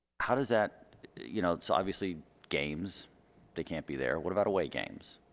how does that you know so obviously games they can't be there what about away games